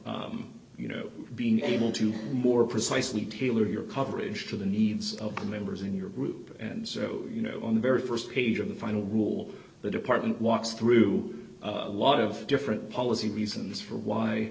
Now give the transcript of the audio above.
of you know being able to more precisely tailor your coverage to the needs of the members in your group and so you know on the very st page of the final rule the department walks through a lot of different policy reasons for why